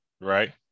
Right